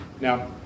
Now